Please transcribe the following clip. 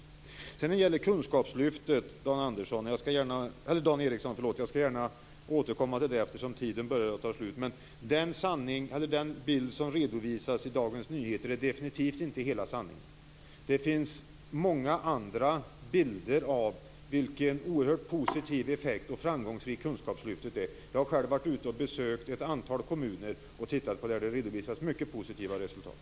När det sedan gäller kunskapslyftet, Dan Ericsson, skall jag gärna återkomma till det, eftersom min taletid börjar att ta slut. Den bild som redovisas i Dagens Nyheter är definitivt inte hela sanningen. Det finns många andra bilder av vilken oerhört positiv effekt det haft och hur framgångsrikt kunskapslyftet är. Jag har själv varit ute och besökt ett antal kommuner och tittat på det. Det redovisas mycket positiva resultat.